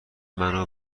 منو